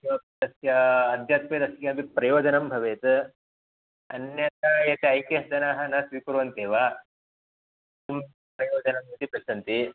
किमपि तस्य अद्यत्वे तस्य प्रयोजनं भवेत् अन्यथा यत् ऐ केस् जनाः न स्वीकुर्वन्ति वा किं प्रयोजनम् इति पृच्छन्ति